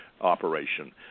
operation